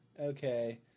okay